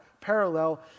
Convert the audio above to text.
parallel